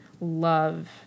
love